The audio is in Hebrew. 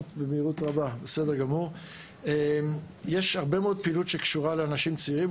יש הרבה מאוד פעילות שקשורה לאנשים צעירים.